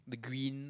the green